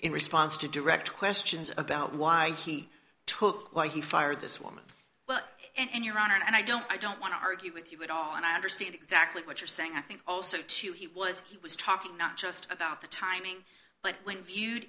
in response to direct questions about why he took why he fired this woman well and your honor and i don't i don't want to argue with you at all and i understand exactly what you're saying i think also too he was he was talking not just about the timing but when viewed